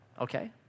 Okay